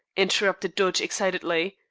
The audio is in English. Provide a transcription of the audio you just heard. interrupted dodge excitedly.